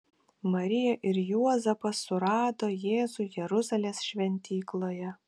marija ir juozapas surado jėzų jeruzalės šventykloje